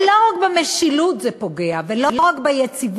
ולא רק במשילות זה פוגע, ולא רק ביציבות,